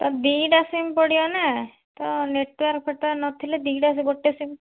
ଦୁଇଟା ସିମ୍ ପଡ଼ିବ ନା ତ ନେଟୱାର୍କ୍ ଫେଟୱାର୍କ ନଥିଲେ ଦୁଇଟା ଗୋଟେ ସିମ୍